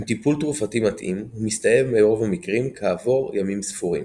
עם טיפול תרופתי מתאים הוא מסתיים ברוב המקרים כעבור ימים ספורים.